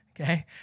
okay